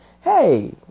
Hey